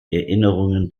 erinnerungen